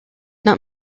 not